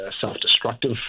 self-destructive